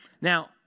Now